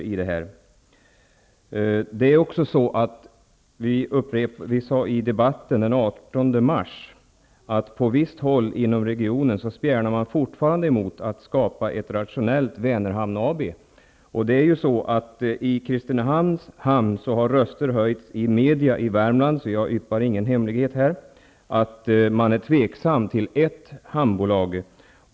Vi sade i debatten den 18 mars att man på visst håll inom regionen fortfarande spjärnar emot skapandet av ett regionalt Vänerhamn AB. Personer från Kristinehamns hamn har uttalat sig i värmländska media, så jag yppar ingen hemlighet när jag säger att man tveksam till ett hamnbolag.